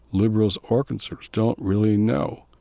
liberals or conservatives don't really know.